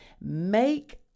Make